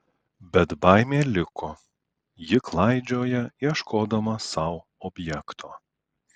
bet baimė liko ji klaidžioja ieškodama sau objekto